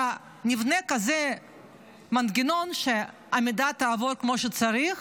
נבנה כזה מנגנון שהמידע יעבור כמו שצריך,